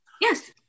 Yes